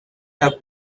have